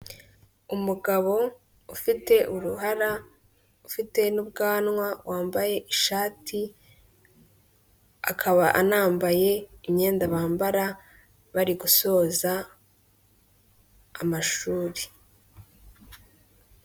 Umugore wambaye ikanzu y'igitenge ahagaze mu nzu ikorerwamo ubucuruzi bw'imyenda idoze, nayo imanitse ku twuma dufite ibara ry'umweru, hasi no hejuru ndetse iyo nzu ikorerwamo ubucuruzi ifite ibara ry'umweru ndetse n'inkingi zishinze z'umweru zifasheho iyo myenda imanitse.